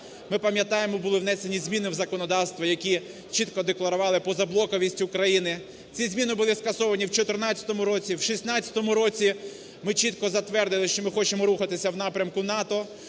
Ми пам'ятаємо, були внесені зміни в законодавство, які чітко декларували позаблоковість України. Ці зміни були скасовані в 14-му році. В 16-му році ми чітко затвердили, що ми хочемо рухатися в напрямку НАТО,